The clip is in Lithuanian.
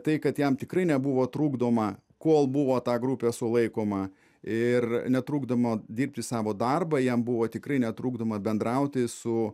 tai kad jam tikrai nebuvo trukdoma kol buvo ta grupė sulaikoma ir netrukdoma dirbti savo darbą jam buvo tikrai netrukdoma bendrauti su